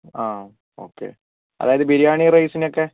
ആ ഓക്കേ അതായത് ബിരിയാണി റൈസിനൊക്കെ